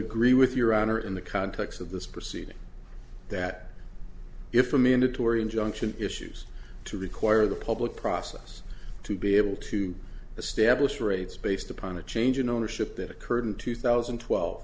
agree with your honor in the context of this proceeding that if a mandatory injunction issues to require the public process to be able to establish rates based upon a change in ownership that occurred in two thousand and twelve